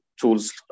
tools